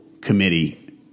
committee